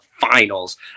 finals